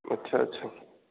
अच्छा अच्छा